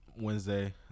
Wednesday